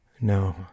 No